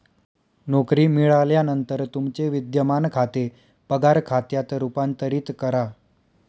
नोकरी मिळाल्यानंतर तुमचे विद्यमान खाते पगार खात्यात रूपांतरित करा